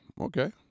Okay